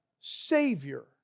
savior